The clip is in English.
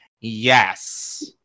Yes